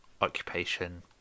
occupation